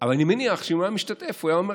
אבל אני מניח שאם הוא היה משתתף הוא היה אומר